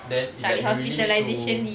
then it like you really need to